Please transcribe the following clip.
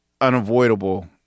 unavoidable